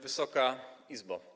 Wysoka Izbo!